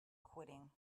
quitting